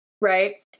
Right